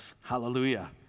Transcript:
hallelujah